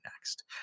next